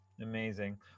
amazing